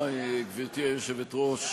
גברתי היושבת-ראש,